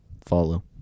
Follow